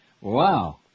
Wow